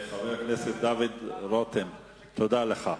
חבר הכנסת דוד רותם, תודה לך.